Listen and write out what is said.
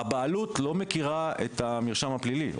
הבעלות לא מכירה את המרשם הפלילי,